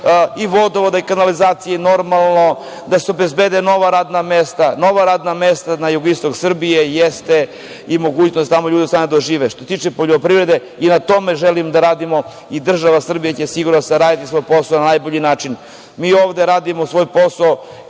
i vodovoda i kanalizacije, da se obezbede. Nova radna mesta na jugoistoku Srbije jesu i mogućnost tamo ljudi da ostanu da žive. Što se tiče poljoprivrede, i na tome želim da radimo. Država Srbija će sigurno raditi svoj posao na najbolji način. Mi ovde radimo svoj posao